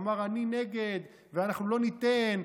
אמר: אני נגד ואנחנו לא ניתן,